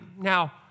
Now